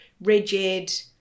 rigid